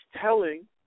telling